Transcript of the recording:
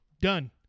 Done